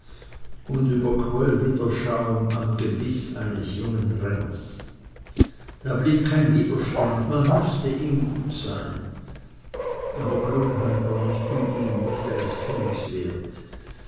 und überquoll wie der schaum am gebiß eines jungen renners da blieb kein widerstand man mußte ihm gut sein aber klugheit war nicht in ihm nicht eines pfennigs wert